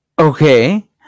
Okay